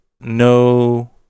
no